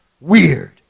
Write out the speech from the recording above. weird